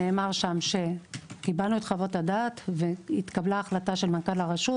נאמר שם שקיבלנו את חוות הדעת והתקבלה החלטה של מנכ"ל הרשות.